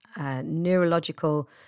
neurological